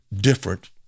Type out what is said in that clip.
different